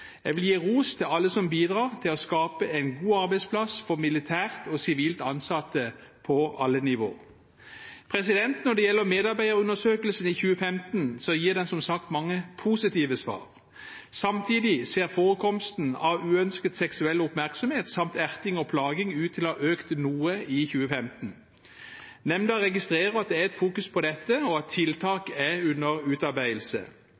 Jeg vil gi ros til alle som bidrar til å skape en god arbeidsplass for militært og sivilt ansatte på alle nivå. Når det gjelder medarbeiderundersøkelsen i 2015, så gir den som sagt mange positive svar. Samtidig ser forekomsten av uønsket seksuell oppmerksomhet samt erting og plaging ut til å ha økt noe i 2015. Nemnda registrerer at det fokuseres på dette, og at tiltak er under utarbeidelse.